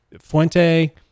Fuente